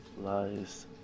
lies